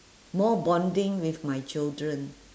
more bonding with my children